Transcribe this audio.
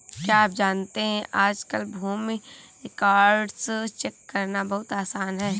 क्या आप जानते है आज कल भूमि रिकार्ड्स चेक करना बहुत आसान है?